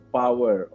power